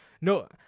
No